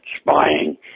spying